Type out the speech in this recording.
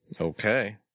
Okay